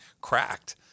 cracked